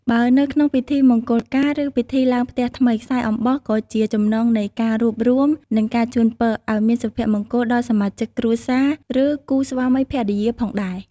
បើនៅក្នុងពិធីមង្គលការ ឬពិធីឡើងផ្ទះថ្មី ខ្សែអំបោះក៏ជា ចំណងនៃការរួបរួម និងការជូនពរ ឲ្យមានសុភមង្គលដល់សមាជិកគ្រួសារ ឬគូស្វាមីភរិយាផងដែរ។